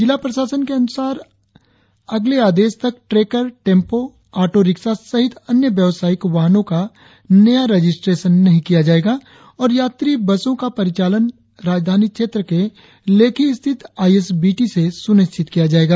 जिला प्रशासन के अनुसार अगले आदेश तक ट्रेकर टेम्पों आटो रिक्सा सहित अन्य व्यवसायिक वाहनों का नया रजिस्ट्रेशन नही किया जाएगा और यात्री बसों का परिचालन राजधानी क्षेत्र के लेखी स्थित आई एस बी टी से सुनिश्चित किया जायेगा